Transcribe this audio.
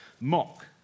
mock